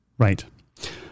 Right